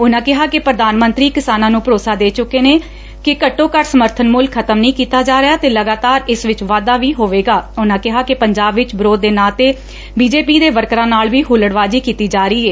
ਉਨਾਂ ਕਿਹਾ ਕਿ ਪ੍ਰਧਾਨ ਮੰਤਰੀ ਕਿਸਾਨਾਂ ਨੂੰ ਭਰੋਸਾ ਦੇ ਚੁੱਕੇ ਨੇ ਕਿਹ ਘੱਟੋ ਘੱਟ ਸਮਰਬਨ ਮੁੱਲ ਖਤਮ ਨਹੀਂ ਕੀਤਾ ਜਾ ਰਿਹਾ ਤੇ ਲਗਾਤਾਰ ਇਸ ਵਿਚ ਵਾਧਾ ਵੀ ਹੋਵੇਗਾ ਉਹਨਾਂ ਕਿਹਾ ਕਿ ਪੰਜਾਬ ਵਿਚ ਵਿਰੋਧ ਦੇ ਨਾਂ ਤੇ ਬੀ ਜੇ ਪੀ ਦੇ ਵਰਕਰਾਂ ਨਾਲ ਵੀ ਹੁੱਲੜਬਾਜੀ ਕੀਤੀ ਜਾ ਰਹੀ ਏ